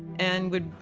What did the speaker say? and would,